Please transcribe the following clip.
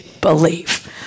believe